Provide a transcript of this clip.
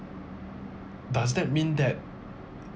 does that mean that